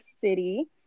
City